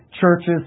churches